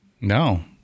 No